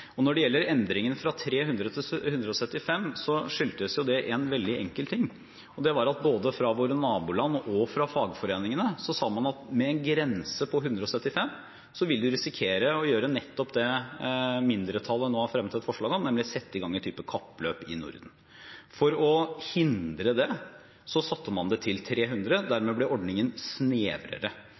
Når det gjelder endringene fra 175 til 300, skyldtes det en veldig enkel ting. Det var at både fra våre naboland og fra fagforeningene sa man at med en grense på 175 ville man risikere å gjøre nettopp det mindretallet nå har fremmet et forslag om, nemlig å sette i gang en type kappløp i Norden. For å hindre det satte man det til 300. Dermed ble ordningen snevrere.